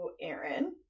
Aaron